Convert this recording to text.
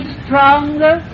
stronger